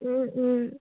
ও ও